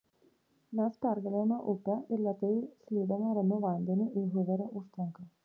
mes pergalėjome upę ir lėtai slydome ramiu vandeniu į huverio užtvanką